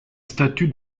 statut